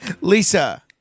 Lisa